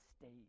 state